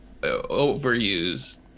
overused